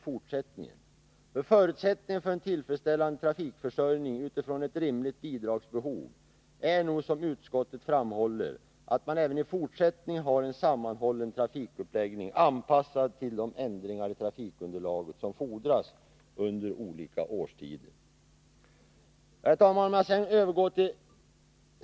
Förutsättningarna för en tillfredsställande trafikförsörjning utifrån ett rimligt bidragsbehov är nog, som utskottet framhåller, att man även i fortsättningen har en sammanhållen trafikuppläggning, anpassad till de ändringar i trafikunderlaget som sker under de olika årstiderna.